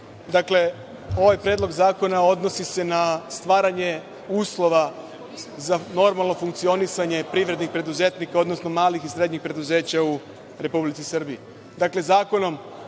ovaj predlog zakona odnosi se na stvaranje uslova za normalno funkcionisanje privrednih preduzetnika, odnosno malih i srednjih preduzeća u Republici Srbiji.